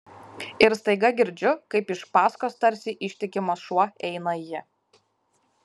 ir staiga girdžiu kaip iš paskos tarsi ištikimas šuo eina ji